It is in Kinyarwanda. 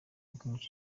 umukinnyi